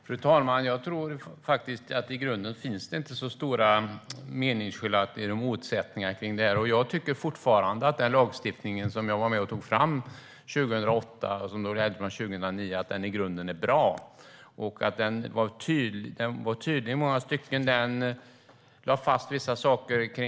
Fru talman! I grunden tror jag faktiskt inte att det finns så stora meningsskiljaktigheter och motsättningar kring det här, och jag tycker fortfarande att den lagstiftning som jag var med och tog fram 2008 och som började gälla 2009 i grunden är bra. Den var tydlig i många stycken och lade fast vissa saker.